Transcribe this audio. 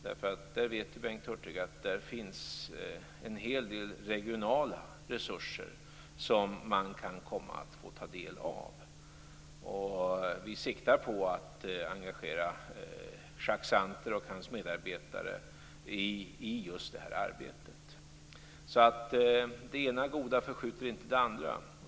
Bengt Hurtig vet att det där finns en hel del regionala resurser som man kan komma att få ta del av. Vi siktar på att engagera Jacques Santer och hans medarbetare i just detta arbete. Det ena goda förskjuter inte det andra.